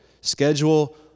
Schedule